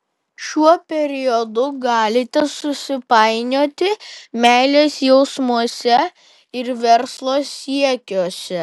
šiuo periodu galite susipainioti meilės jausmuose ir verslo siekiuose